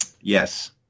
Yes